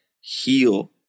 heal